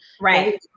right